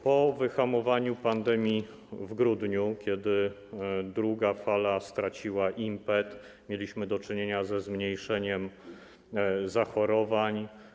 Po wyhamowaniu pandemii w grudniu, kiedy druga fala straciła impet, mieliśmy do czynienia ze zmniejszeniem zachorowań.